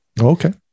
Okay